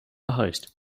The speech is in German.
erreicht